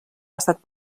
estat